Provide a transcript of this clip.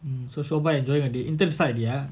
mm so so far enjoying your day intern start already ah